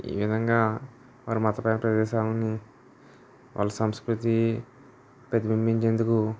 ఈ విధంగా వారి మతపర ప్రదేశాలని వాళ్ళ సంస్కృతి ప్రతింబింబించేందుకు